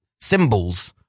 symbols